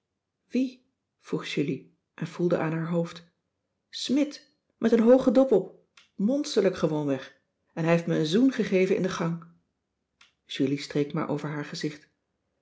wie vroeg julie en voelde aan haar hoofd smidt met een hoogen dop op monsterlijk gewoonweg en hij heeft me een zoen gegeven in de gang julie streek maar over haar gezicht